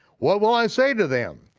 what will i say to them?